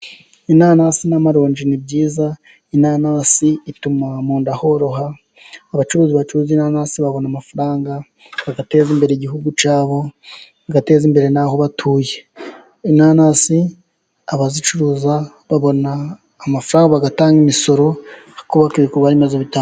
Inanasi n'amaronji ni byiza . Inanasi ituma mu nda horoha . Abacuruzi bacuruza inanasi ,babona amafaranga ,bagateza imbere igihugu cyabo bagateza imbere n'aho batuye. Inanasi abazicuruza babona amafaranga bagatanga imisoro ikubaka ibikorwa remezo bita......